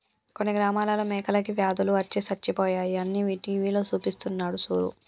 కొన్ని గ్రామాలలో మేకలకి వ్యాధులు అచ్చి సచ్చిపోయాయి అని టీవీలో సూపిస్తున్నారు సూడు